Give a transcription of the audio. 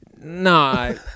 no